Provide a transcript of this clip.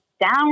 down